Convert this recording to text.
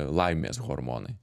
laimės hormonai